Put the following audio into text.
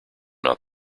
not